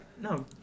No